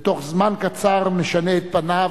ובתוך זמן קצר משנה את פניו,